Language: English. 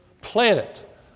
planet